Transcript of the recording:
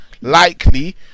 likely